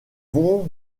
vont